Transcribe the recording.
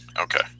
okay